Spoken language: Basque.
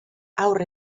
haur